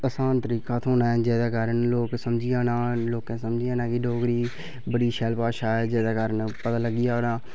आसान तरीका ते होना ऐ जेह्दे कारण लोक समझी आना कि डोगरी बड़ी शैल भाशा ऐ जेह्ड़े कारण पता लगी जाना